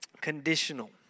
conditional